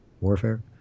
warfare